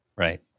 Right